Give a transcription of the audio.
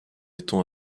étant